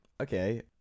Okay